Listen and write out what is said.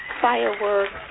fireworks